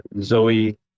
Zoe